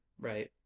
right